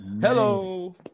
Hello